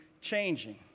changing